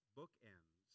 bookends